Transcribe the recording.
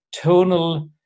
tonal